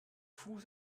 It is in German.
fuß